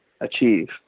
achieve